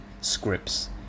scripts